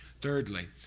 Thirdly